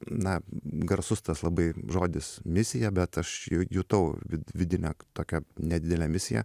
na garsus tas labai žodis misija bet aš ju jutau vidinę tokią nedidelę misiją